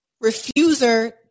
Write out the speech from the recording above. refuser